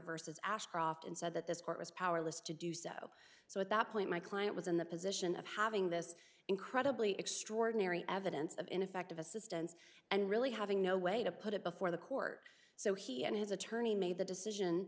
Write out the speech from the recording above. versus ashcroft and said that this court was powerless to do so so at that point my client was in the position of having this incredibly extraordinary evidence of ineffective assistance and really having no way to put it before the court so he and his attorney made the decision